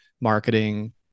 marketing